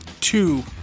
two